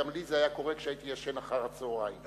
גם לי זה היה קורה כשהייתי ישן אחר הצהריים.